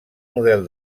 model